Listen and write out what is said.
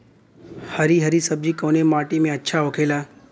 हरी हरी सब्जी कवने माटी में अच्छा होखेला?